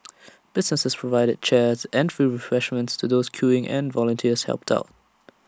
businesses provided chairs and free refreshments to those queuing and volunteers helped out